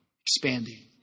expanding